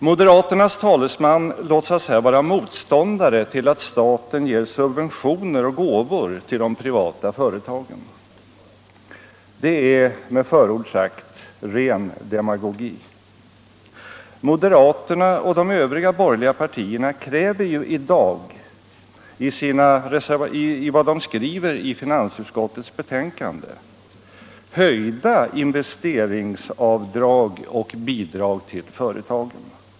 Moderaternas talesman låtsas här vara motståndare till att staten ger subventioner och gåvor till de privata företagen. Det är med förlov sagt ren demagogi. Moderaterna och de övriga borgerliga partierna kräver ju i dag, enligt vad de skrivit i finansutskottets betänkande, höjda investeringsavdrag och bidrag till företagen.